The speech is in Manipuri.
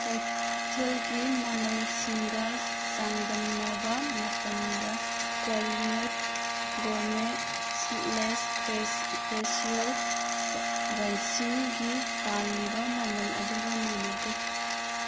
ꯀꯩꯊꯦꯜꯒꯤ ꯃꯃꯜꯁꯤꯡꯒ ꯆꯥꯡꯗꯝꯅꯕ ꯃꯇꯝꯗ ꯀ꯭ꯋꯥꯂꯤꯅꯠ ꯒꯣꯔꯃꯦꯠ ꯁꯤꯠꯂꯦꯁ ꯄ꯭ꯔꯦꯁꯁꯤꯌꯜ ꯔꯥꯏꯁꯤꯟꯒꯤ ꯄꯥꯜꯂꯤꯕ ꯃꯃꯜ ꯑꯗꯨꯒ ꯃꯥꯟꯅꯗꯦ